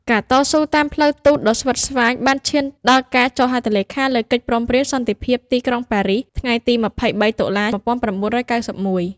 ការតស៊ូតាមផ្លូវទូតដ៏ស្វិតស្វាញបានឈានដល់ការចុះហត្ថលេខាលើកិច្ចព្រមព្រៀងសន្តិភាពទីក្រុងប៉ារីស ថ្ងៃទី ២៣ តុលា ១៩៩១។